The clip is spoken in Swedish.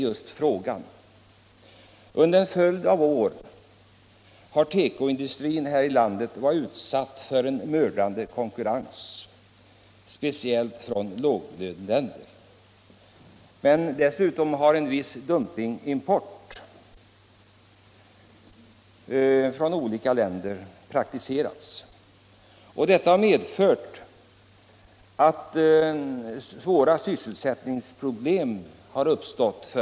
Under en följd av år har tekoindustrin här i landet varit utsatt för en mördande konkurrens, speciellt från låglöneländer. Men dessutom har en viss dumpingimport från olika länder förekommit. Detta har medfört svåra sysselsättningsproblem för tekoföretagen.